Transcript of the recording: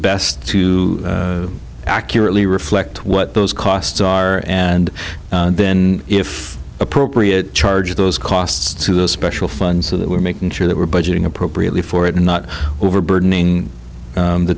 best to accurately reflect what those costs are and then if appropriate charge those costs to the special fund so that we're making sure that we're budgeting appropriately for it and not overburdening